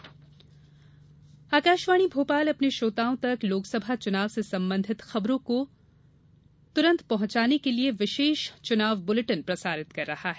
विशेष चुनाव बुलेटिन आकाशवाणी भोपाल अपने श्रोताओं तक लोकसभा चुनाव से संबंधित खबरों को तुरन्त पहुंचाने के लिये विशेष चुनाव बुलेटिन प्रसारित कर रहा है